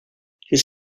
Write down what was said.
his